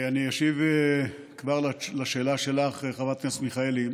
אני אשיב על השאלה שלך, חברת הכנסת מיכאלי.